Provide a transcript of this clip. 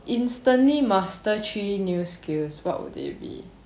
instantly master three new skills what would they be